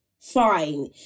fine